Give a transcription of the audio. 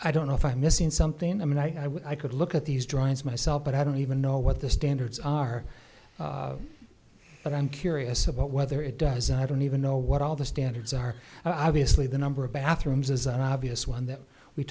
i don't know if i'm missing something i mean i could look at these drawings myself but i don't even know what the standards are but i'm curious about whether it does and i don't even know what all the standards are obviously the number of bathrooms is an obvious one that we